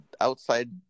outside